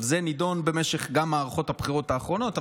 זה נדון גם במערכות הבחירות האחרונות,